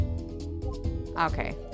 Okay